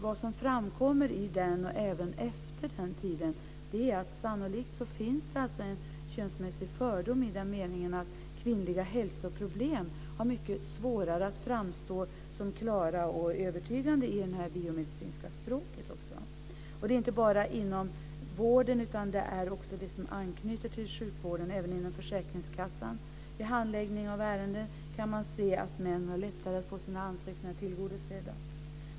Vad som framkom i utredningen, och även efteråt, är att det sannolikt finns en könsmässig fördom i meningen att kvinnliga hälsoproblem har svårare att framstå som klara och övertygande i det biomedicinska språket. Det är inte bara inom vården, utan det är det som anknyter till sjukvården. T.ex. vid handläggning av ärenden inom försäkringskassan går det att se att män har lättare att få sina ansökningar tillgodosedda.